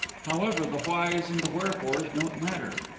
however, the whys and the wherefores don't matter.